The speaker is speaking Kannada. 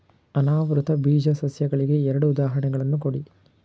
ಅನಾವೃತ ಬೀಜ ಸಸ್ಯಗಳಿಗೆ ಎರಡು ಉದಾಹರಣೆಗಳನ್ನು ಕೊಡಿ